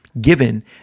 given